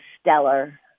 stellar